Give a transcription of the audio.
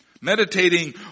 Meditating